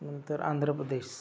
नंतर आंध्र प्रदेश